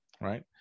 right